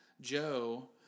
Joe